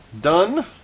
done